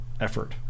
effort